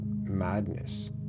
madness